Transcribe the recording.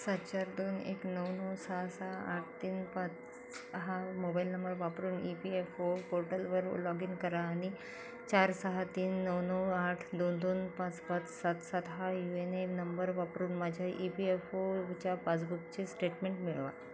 सात चार दोन एक नऊ नऊ सहा सहा आठ तीन पाच हा मोबाईल नंबर वापरून ई पी एफ ओ पोर्टलवर लॉग इन करा आणि चार सहा तीन नऊ नऊ आठ दोन दोन पाच पाच सात सात हा यू एन ए नंबर वापरून माझ्या ई पी एफ ओ च्या पासबुकचे स्टेटमेंट मिळवा